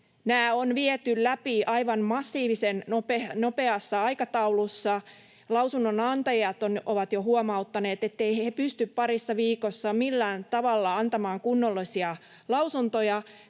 Nämä on viety läpi aivan massiivisen nopeassa aikataulussa. Lausunnonantajat ovat jo huomauttaneet, etteivät he pysty parissa viikossa millään tavalla antamaan kunnollisia lausuntoja.